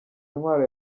intwaro